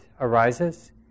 arises